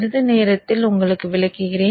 சிறிது நேரத்தில் உங்களுக்கு விளக்குகிறேன்